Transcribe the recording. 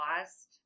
lost